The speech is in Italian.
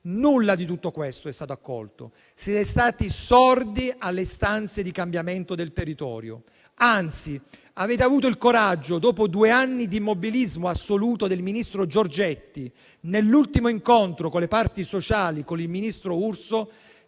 Nulla di tutto questo è stato accolto. Siete stati sordi alle istanze di cambiamento del territorio. Anzi, avete avuto il coraggio, dopo due anni di immobilismo assoluto del ministro Giorgetti, nell'ultimo incontro con le parti sociali, con il ministro Urso,